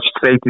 safety